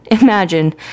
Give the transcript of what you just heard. imagine